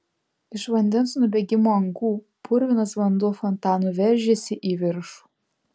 iš vandens nubėgimo angų purvinas vanduo fontanu veržėsi į viršų